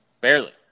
Barely